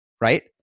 right